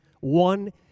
one